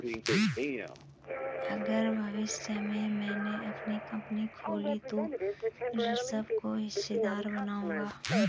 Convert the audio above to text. अगर भविष्य में मैने अपनी कंपनी खोली तो ऋषभ को हिस्सेदार बनाऊंगा